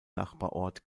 nachbarort